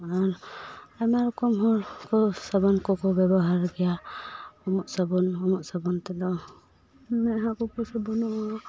ᱟᱨ ᱟᱭᱢᱟ ᱨᱚᱠᱚᱢ ᱦᱚᱲ ᱠᱚ ᱥᱟᱵᱟᱱ ᱠᱚᱠᱚ ᱵᱮᱵᱚᱦᱟᱨ ᱜᱮᱭᱟ ᱩᱢᱚᱜ ᱥᱟᱵᱚᱱ ᱩᱢᱚᱜ ᱥᱟᱵᱚᱱ ᱛᱮᱫᱚ ᱢᱮᱫᱦᱟ ᱠᱚᱠᱚ ᱥᱟᱵᱚᱱᱚᱜᱼᱟ